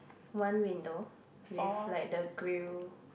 one window with like the grill